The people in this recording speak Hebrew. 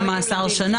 מאסר או קנס,